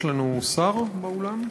יש לנו שר באולם?